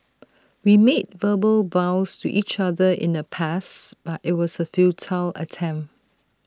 we made verbal vows to each other in the past but IT was A futile attempt